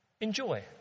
enjoy